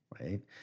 right